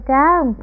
down